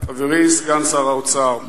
אדוני סגן שר האוצר,